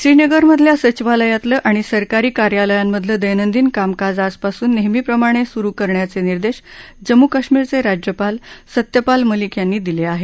श्रीनगरमधल्या सचिवालयातलं आणि सरकारी कार्यालयांमधलं दैनदिन कामकाज आजपासून नेहमीप्रमाणे सुरु करण्याचे निर्देश जम्मू कश्मीरचे राज्यपाल सत्यपाल मलिक यांनी दिले आहेत